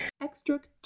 Extract